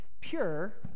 pure